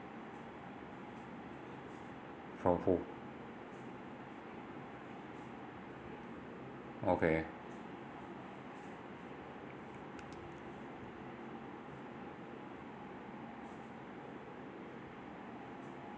from whom okay